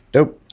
Dope